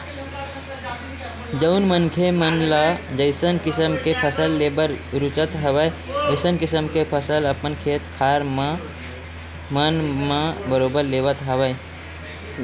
जउन मनखे मन ल जइसन किसम के फसल लेबर रुचत हवय अइसन किसम के फसल अपन खेत खार मन म बरोबर लेवत हवय